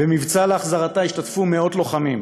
במבצע להחזרתה השתתפו מאות לוחמים,